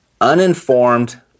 uninformed